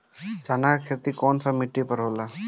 चन्ना के खेती कौन सा मिट्टी पर होला?